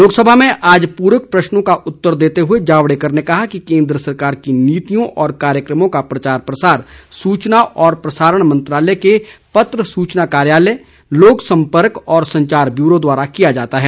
लोकसभा में आज पूरक प्रश्नों का उत्तर देते हुए जावड़ेकर ने कहा कि केन्द्र सरकार की नीतियों व कार्यक्रमों का प्रचार प्रसार सूचना और प्रसारण मंत्रालय के पत्र सूचना कार्यालय लोक सम्पर्क तथा संचार ब्यूरो द्वारा किया जाता है